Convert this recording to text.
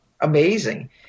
amazing